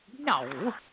No